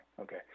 okay